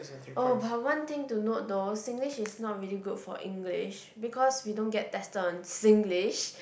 oh but one thing to note though Singlish is not really good for English because we don't get tested on Singlish